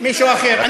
מישהו אחר,